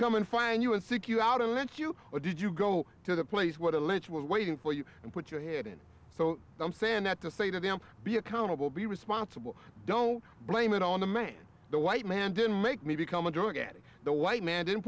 come and find you and seek you out and let you or did you go to the place where the ledge was waiting for you and put your head in so i'm saying that to say to them be accountable be responsible don't blame it on the man the white man didn't make me become a drug addict the white man didn't